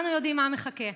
מחירי הדיור.